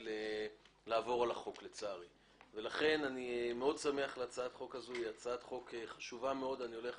היא הצעת חוק חשובה מאוד, אני הולך